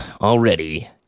already